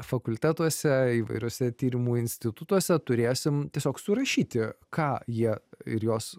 fakultetuose įvairiuose tyrimų institutuose turėsim tiesiog surašyti ką jie ir jos